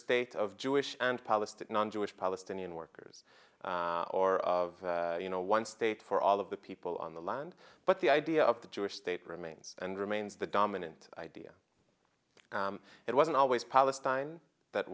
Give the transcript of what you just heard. state of jewish and palestinian jewish palestinian workers or of you know one state for all of the people on the land but the idea of the jewish state remains and remains the dominant idea it wasn't always palestine that